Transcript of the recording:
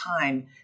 time